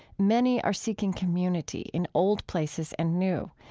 many are seeking community in old places and new.